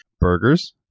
Burgers